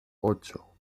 ocho